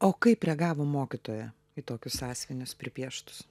o kaip reagavo mokytoja į tokius sąsiuvinius pripieštus